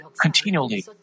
continually